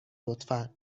لطفا